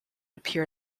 appear